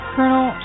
Colonel